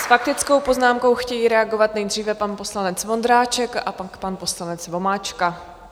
S faktickou poznámkou chtějí reagovat nejdříve pan poslanec Vondráček a pak pan poslanec Vomáčka.